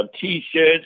T-shirts